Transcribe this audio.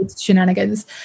shenanigans